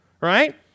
right